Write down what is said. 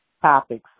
topics